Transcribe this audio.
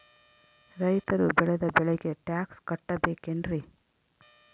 ರೈತರು ಬೆಳೆದ ಬೆಳೆಗೆ ಟ್ಯಾಕ್ಸ್ ಕಟ್ಟಬೇಕೆನ್ರಿ?